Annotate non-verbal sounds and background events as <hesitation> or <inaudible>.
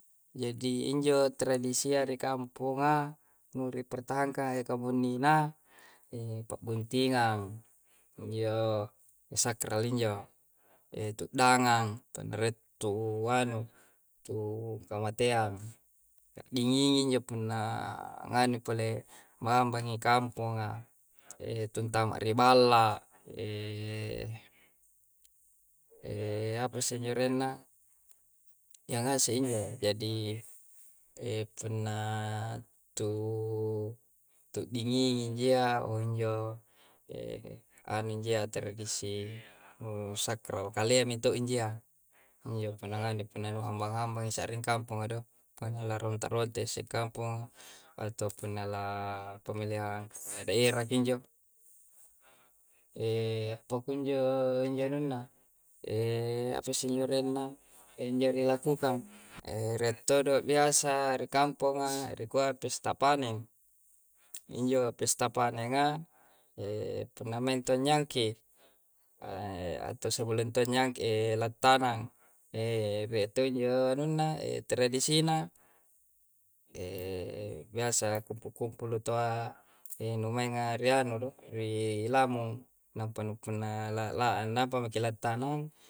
Jadi injo tradisia ri kamponga, nu ni pertahankang nga kamunnina, e pabbuntingang. Injo sakral injo. E tuddangang, punna rie' tu anu tu kamataeang. A'dingingi njo punna nganui pole, punna hambangi kamponga. E tuntama ri balla', <hesitation> apasse injo arenna? Iya ngase injo. Jadi e punna tu <hesitation> dingingi njiyya, injo <hesitation> anu njiyya, tradisi nu sakral kalea' minto' injia. Injo punna nganui, punna nu hambang-hambangi ni sa'ring kamponga do. Punna la ronta'-ronta' isse kamponga, atau punna la pemilihang kepala daerah ki njo. <hesitation> appakunjo injo anunna <hesitation> apasse injo arenna? Injo ri lakukang. <hesitation> rie' to' biasa ri kamponga ri kua pesta paneng. Injo pesta panengnga, <hesitation> punna maing taua anyangki atau sebelum taua anyangki atau sebelum lattanang <hesitation> rie' to injo anunna e tradisi na. <hesitation> biasa kumpu'-kumpulu taua e numainga ri anu do, ri lamung. Nampa nu punna la la nampa maki nattanang.